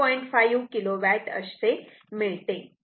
5 kilowatt असे मिळते